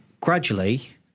gradually